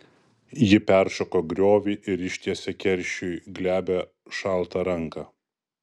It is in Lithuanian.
ji peršoko griovį ir ištiesė keršiui glebią šaltą ranką